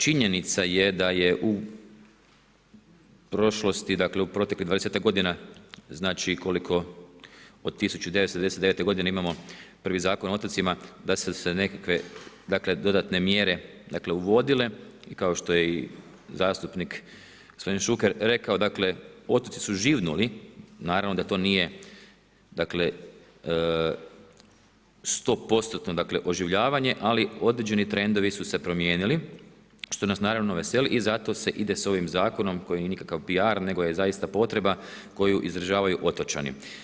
Činjenica je da je u prošlosti, dakle u proteklih 20-ak godina, znači koliko od 1999. g. imamo prvi Zakon o otocima, da su se nekakve dodatne mjere uvodile i kao što je i zastupnik gospodin Šuker rekao, dakle otoci su živnuli, naravno da nije 100%-tno oživljavanje ali određeni trendovi su se promijenili što nas naravno veseli i zato se ide s ovim zakonom koji nije nikakav PR nego je zaista potreba koju izražavaju otočani.